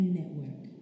network